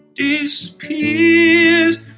disappears